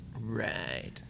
Right